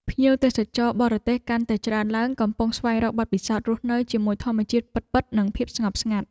ភ្ញៀវទេសចរបរទេសកាន់តែច្រើនឡើងកំពុងស្វែងរកបទពិសោធន៍រស់នៅជាមួយធម្មជាតិពិតៗ និងភាពស្ងប់ស្ងាត់។